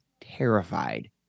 terrified